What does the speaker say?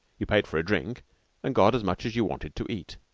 you paid for a drink and got as much as you wanted to eat.